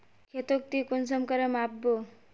खेतोक ती कुंसम करे माप बो?